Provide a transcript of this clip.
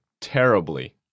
terribly